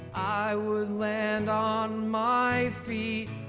i would land on my feet